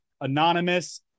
Anonymous